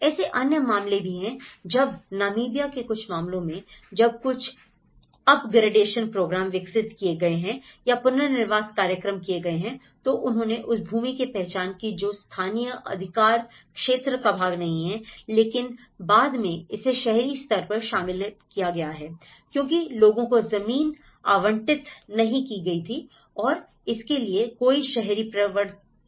ऐसे अन्य मामले भी हैं जब नामीबिया के कुछ मामलों में जब कुछ अप ग्रेडेशन प्रोग्राम विकसित किए गए हैं या पुनर्वास कार्यक्रम किए गए हैं तो उन्होंने उस भूमि की पहचान की जो स्थानीय अधिकार क्षेत्र का भाग नहीं थी लेकिन बाद में इसे शहरी स्तर पर शामिल किया जा चुका है क्योंकि लोगों को जमीन आवंटित नहीं की गई थी और इसके लिए कोई शहरी प्रवर्तन भी नहीं है